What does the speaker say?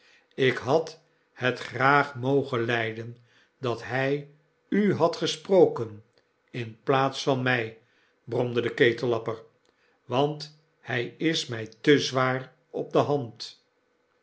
k had het graag mogen lyden dat hy u had gesproken in plaats van mij bromde de ketellapper want hij is my te zwaar op de hand